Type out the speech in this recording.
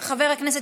חבר הכנסת